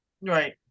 right